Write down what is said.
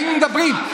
היינו מדברים.